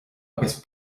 agus